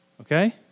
Okay